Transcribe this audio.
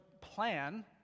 plan